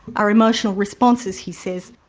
our emotional responses, he says,